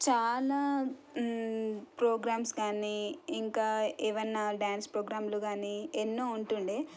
చాలా ప్రోగ్రామ్స్ కానీ ఇంకా ఏవైనా డ్యాన్స్ ప్రోగ్రాంలు కానీ ఎన్నో ఉంటుండే